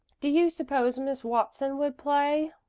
do you suppose miss watson would play?